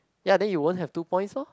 ya then you won't have two points lor